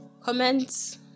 comments